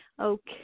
Okay